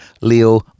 Leo